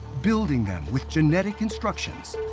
building them with genetic instructions,